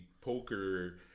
poker